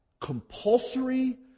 compulsory